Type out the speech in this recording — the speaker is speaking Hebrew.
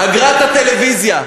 אגרת הטלוויזיה,